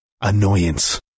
annoyance